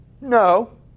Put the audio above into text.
No